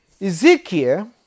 Ezekiel